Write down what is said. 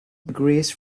degrees